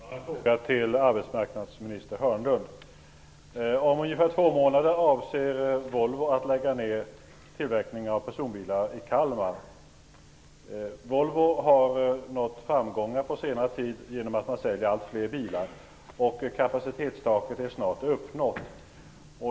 Herr talman! Jag har en fråga till arbetsmarknadsminister Hörnlund. m ungefär två månader avser Volvo att lägga ned tillverkningen av personbilar i Kalmar. Volvo har nått framgångar på senare tid genom att man säljer allt fler bilar. Kapacitetstaket är snart uppnått.